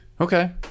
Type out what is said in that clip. okay